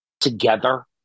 together